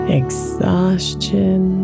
exhaustion